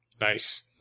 nice